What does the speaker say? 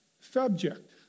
subject